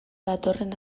datorren